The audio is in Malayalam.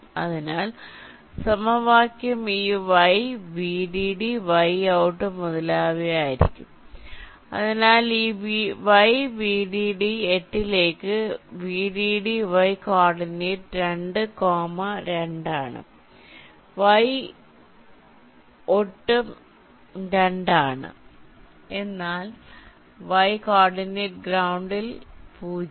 അതിനാൽ സമവാക്യം ഈ y vdd y out മുതലായവ ആയിരിക്കും അതിനാൽ ഈ y vdd 8 ലേക്ക് vdd y കോർഡിനേറ്റ് 2 0 കോമ 2 ആണ് y 2 ആണ് എന്നാൽ y കോർഡിനേറ്റ് ഗ്രൌണ്ടിൽ 0